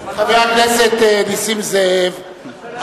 חבר הכנסת נסים זאב,